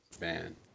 Man